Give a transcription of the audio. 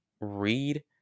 read